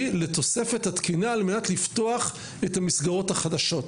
לתוספת התקינה על מנת לפתוח את המסגרות החדשות.